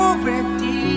already